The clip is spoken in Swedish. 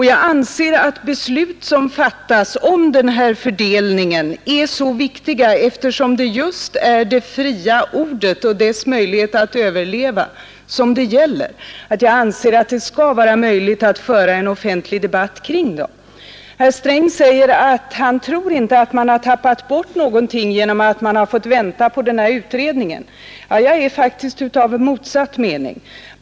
Jag anser att beslut som fattas om fördelningen är så viktiga, eftersom det just är det fria ordet och dess möjlighet att överleva som det gäller, att jag tycker de skall föregås av en offentlig debatt. Herr Sträng säger att han inte tror att man tappat bort någonting genom att vänta på utredningen. Jag är av motsatt mening.